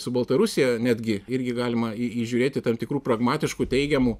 su baltarusija netgi irgi galima įžiūrėti tam tikrų pragmatiškų teigiamų